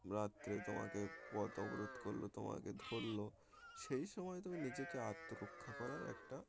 রাত্রে তোমাকে পথ অবরোধ করলো তোমাকে ধরলো সেই সময় তুমি নিজেকে আত্মরক্ষা করার একটা